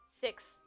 six